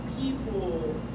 people